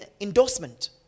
endorsement